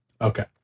Okay